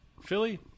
Philly